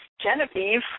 Genevieve